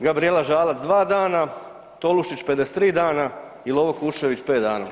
Gabrijela Žalac 2 dana, Tolušić 53 dana i Lovro Kušćević 5 dana.